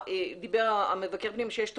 דיבר מבקר הפנים שיש תוכניות,